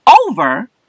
over